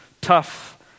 tough